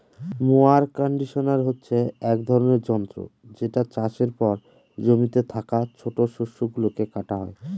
mower conditioner হচ্ছে এক ধরনের যন্ত্র যেটা চাষের পর জমিতে থাকা ছোট শস্য গুলোকে কাটা হয়